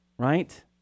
right